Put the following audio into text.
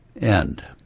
end